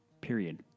Period